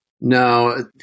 No